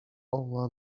all